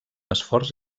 esforç